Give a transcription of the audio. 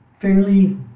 fairly